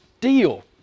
deal